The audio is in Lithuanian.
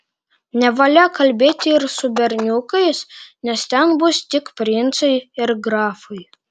nevalia kalbėti ir su berniukais nes ten bus tik princai ir grafai